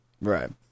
Right